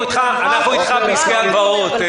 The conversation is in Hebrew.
אנחנו איתך בעסקי ההלוואות.